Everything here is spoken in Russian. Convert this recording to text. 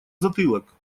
затылок